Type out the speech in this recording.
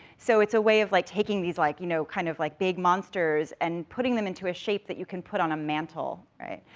so it's a way of, like taking these, like, you know, kind of like big monsters, and putting them into a shape that you can put on a mantle, right.